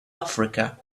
africa